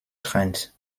trent